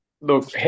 Look